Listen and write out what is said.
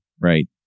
right